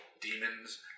demons